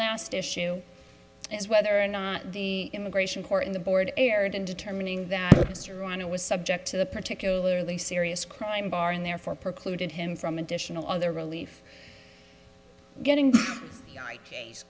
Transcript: last issue is whether or not the immigration court in the board erred in determining that mr reiner was subject to the particularly serious crime bar and therefore precluded him from additional other relief getting